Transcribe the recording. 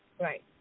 Right